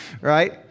right